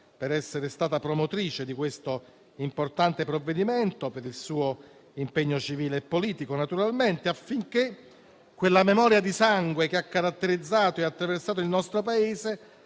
per essere stata promotrice di questo importante provvedimento, nonché per il suo impegno civile e politico, affinché la memoria di sangue che ha caratterizzato e attraversato il nostro Paese